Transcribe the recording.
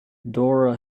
dora